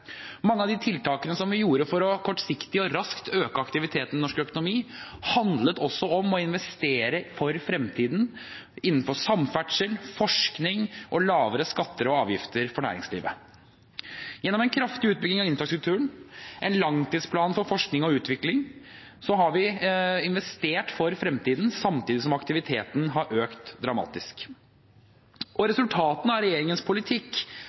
Mange av de tiltakene vi gjorde for kortsiktig og raskt å øke aktiviteten i norsk økonomi, handlet også om å investere for fremtiden innenfor samferdsel, forskning og lavere skatter og avgifter for næringslivet. Gjennom en kraftig utbygging av infrastrukturen og med en langtidsplan for forskning og utvikling har vi investert for fremtiden samtidig som aktiviteten har økt dramatisk. Og resultatene av regjeringens politikk